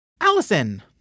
Allison